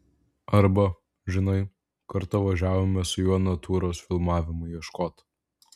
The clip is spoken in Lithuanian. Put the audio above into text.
arba žinai kartą važiavome su juo natūros filmavimui ieškot